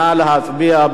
נא להצביע.